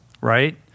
right